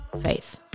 faith